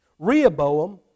Rehoboam